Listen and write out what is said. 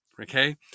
okay